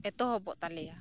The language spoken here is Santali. ᱮᱛᱚᱦᱚᱵᱚᱜ ᱛᱟᱞᱮᱭᱟ